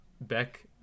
beck